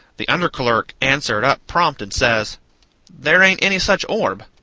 the under clerk answered up prompt and says there ain't any such orb.